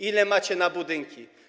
Ile macie na budynki?